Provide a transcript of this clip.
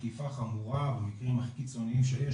תקיפה חמורה במקרים הכי קיצוניים שיש.